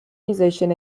musician